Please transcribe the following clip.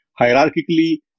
hierarchically